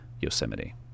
Yosemite